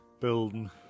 building